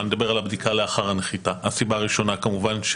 כמובן,